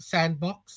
Sandbox